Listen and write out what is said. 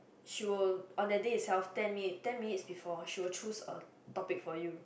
she will on that day itself ten minute ten minutes before she will choose a topic for you